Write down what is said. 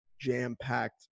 jam-packed